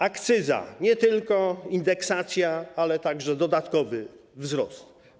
Akcyza - nie tylko indeksacja, ale także dodatkowy wzrost.